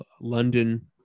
London